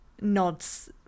nods